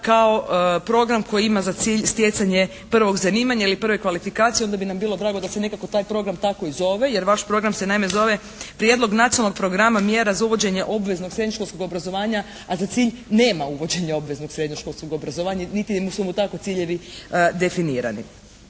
kao program koji ima za cilj stjecanje prvog zanimanja ili prve kvalifikacije. Onda bi nam bilo drago da se nekako taj program tako i zove, jer vaš program se naime zove "Prijedlog Nacionalnog programa mjera za uvođenje obveznog srednjoškolskog obrazovanja" a za cilj nema uvođenje obveznog srednjoškolskog obrazovanja, niti su mu takvi ciljevi definirani.